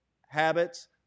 habits